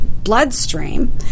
bloodstream